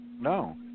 No